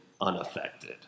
unaffected